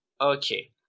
okay